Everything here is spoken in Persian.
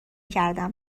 کردم